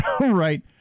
Right